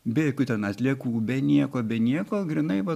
be jokių ten atliekų be nieko be nieko grynai va